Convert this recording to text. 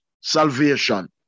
salvation